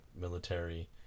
military